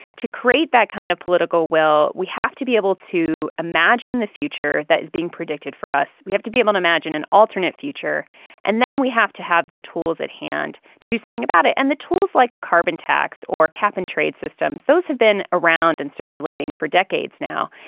to create that kind of political will. we have to be able to imagine the future that is being predicted for us. we have to be able to imagine an alternate future and then we have to have the tools at hand to do something about it and the tools like a carbon tax or cap and trade systems. those have been around and circulating for decades now,